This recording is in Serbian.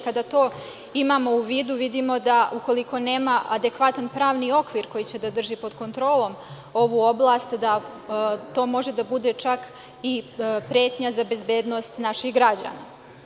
Kada to imamo u vidu vidimo da, ukoliko nema adekvatan pravni okvir koji će da drži pod kontrolom ovu oblast, to može da bude čak i pretnja za bezbednost naših građana.